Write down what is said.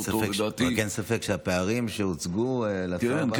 רק אין ספק שהפערים שהוצגו לשר וסרלאוף הם בלתי,